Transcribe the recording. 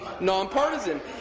nonpartisan